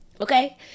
okay